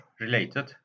related